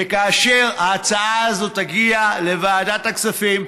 וכאשר ההצעה הזאת תגיע לוועדת הכספים,